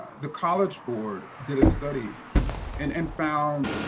the college board did a study and and found,